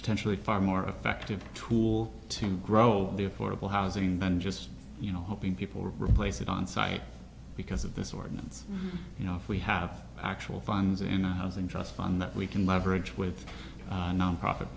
potentially far more effective tool to grow the affordable housing than just you know helping people replace it onsite because of this ordinance you know if we have actual funds in a housing trust fund that we can leverage with nonprofit